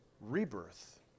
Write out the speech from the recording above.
rebirth